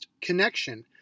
Connection